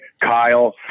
kyle